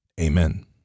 Amen